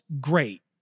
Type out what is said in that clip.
Great